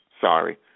sorry